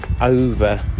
over